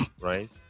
right